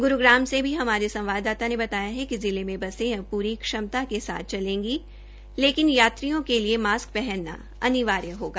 ग्रूग्याम से भी हमारे संवाददाता ने बताया है कि जिले में बसें अब पूरी क्षमता के साथ चलेगी लेकिन यात्रियों के लिए मास्क पहचनना अनिवार्य होगा